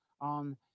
on